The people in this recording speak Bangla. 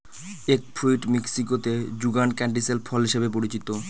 এগ ফ্রুইট মেক্সিকোতে যুগান ক্যান্টিসেল ফল হিসাবে পরিচিত